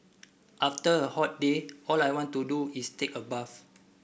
after a hot day all I want to do is take a bath